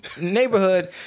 Neighborhood